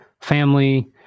family